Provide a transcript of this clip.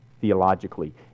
theologically